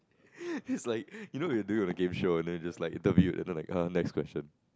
it's like you know they do it on the game show and then just like interviewed and then like [huh] next question